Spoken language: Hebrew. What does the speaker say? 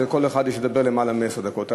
כדי שכל אחד ידבר יותר מעשר דקות.